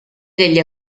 degli